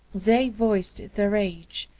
they voiced their age,